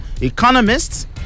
economists